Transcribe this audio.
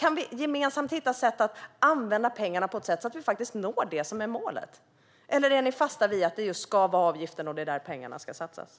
Kan vi gemensamt hitta sätt att använda pengarna så att de faktiskt når det och dem som är målet, eller håller ni fast vid att pengarna ska satsas just i anslutning till avgiften?